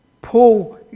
Paul